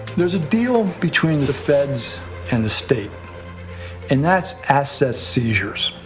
there's a deal between the feds and the state and that's asset seizures.